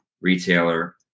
retailer